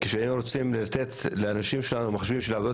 כשרצינו לתת לאנשים שלנו מחשבים בשביל לעבוד